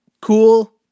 cool